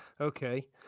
okay